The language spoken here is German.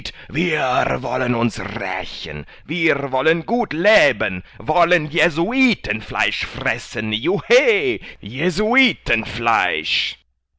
wir wollen uns rächen wollen gut leben wollen jesuitenfleisch fressen juchhe jesuitenfleisch